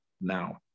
Now